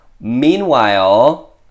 Meanwhile